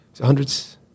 hundreds